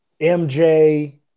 MJ